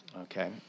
Okay